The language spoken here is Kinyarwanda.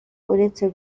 uretse